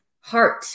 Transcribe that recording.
heart